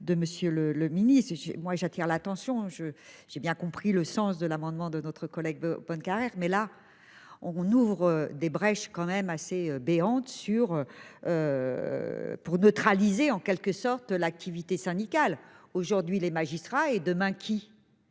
de Monsieur le le ministre de chez moi, j'attire l'attention je, j'ai bien compris le sens de l'amendement de notre collègue. Bonnecarrere mais là, on ouvre des brèches quand même assez béante sur. Pour neutraliser en quelque sorte de l'activité syndicale aujourd'hui les magistrats et demain qui.